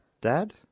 dad